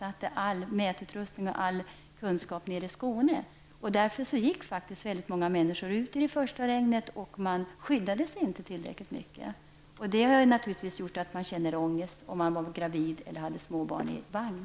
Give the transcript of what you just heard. All mätutrustning och all kunskap inriktades därför på Skåne. Därför gick många människor ut i det första regnet utan att skydda sig tillräckligt. Detta gjorde naturligtvis att människor senare kände ångest, om de var gravida eller hade småbarn i vagn.